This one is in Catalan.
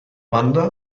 banda